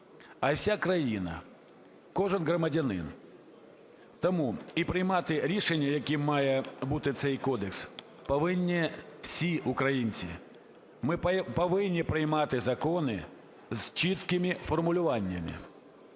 й уся країна, кожен громадянин. Тому і приймати рішення, яким має бути цей кодекс, повинні всі українці. Ми повинні приймати закони з чіткими формулюваннями.